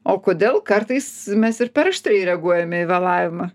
o kodėl kartais mes ir per aštriai reaguojame į vėlavimą